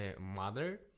mother